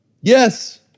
yes